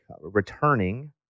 returning